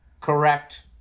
correct